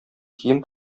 кием